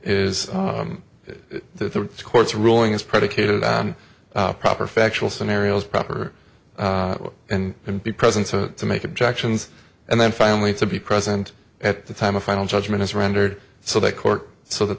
is the court's ruling is predicated on a proper factual scenario is proper and can be present to make objections and then finally to be present at the time a final judgment is rendered so that court so that